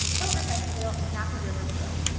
kroger fest-a-ville, and napa river grill.